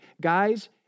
Guys